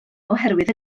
oherwydd